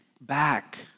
back